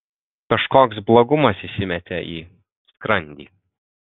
kažkoks blogumas įsimetė į skrandį